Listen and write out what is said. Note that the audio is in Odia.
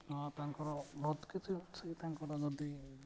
ହଁ ତାଙ୍କର ବହୁତ କିଛି ଅଛି ତାଙ୍କର ଯଦି